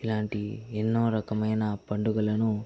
ఇలాంటి ఎన్నో రకమైన పండుగలను